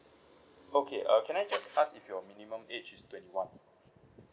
okay err can I just ask if your minimum age is twenty one